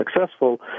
successful